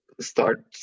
start